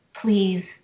Please